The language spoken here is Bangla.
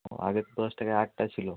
ও আগে তো দশ টাকায় আটটা ছিল